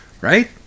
Right